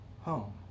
home